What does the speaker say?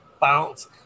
bounce